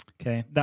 Okay